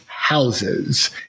houses